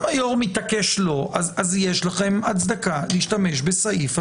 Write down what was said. אם היו"ר מתעקש לא אז יש לכם הצדקה להשתמש בסעיף הדחיפות,